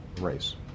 race